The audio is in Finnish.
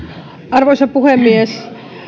arvoisa puhemies